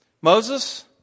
Moses